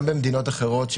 גם במדינות אחרות,